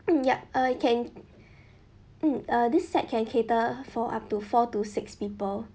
mm yup uh it can mm uh this set can cater for up to four to six people